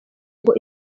ngo